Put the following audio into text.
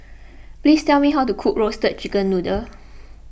please tell me how to cook Roasted Chicken Noodle